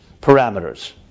parameters